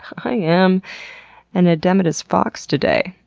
i am an edematous fox today!